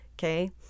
okay